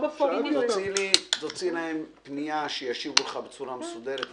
תוציא להם פנייה שישיבו לך בצורה מסודרת.